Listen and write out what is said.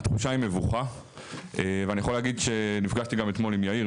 התחושה היא מבוכה ואני יכול להגיד שנפגשתי גם אתמול עם יאיר,